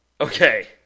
okay